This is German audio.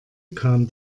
kam